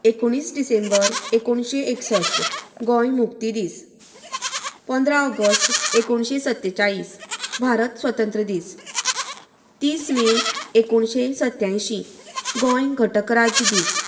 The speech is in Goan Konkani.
एकोणीस डिसेंबर एकोणशें एकसश्ट गोंय मुक्ती दीस पंदरा ऑगस्ट एकोणशें सत्तेचाळीस भारत स्वतंत्र दीस तीस मे एकोणशें सत्त्यांयशीं गोंय घटक राज्य दीस